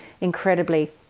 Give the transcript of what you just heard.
incredibly